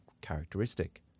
characteristic